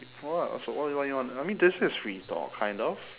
for what but what you want to I mean this is free talk kind of